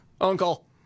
Uncle